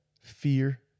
fear